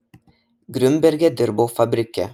griunberge dirbau fabrike